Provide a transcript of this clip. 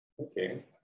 okay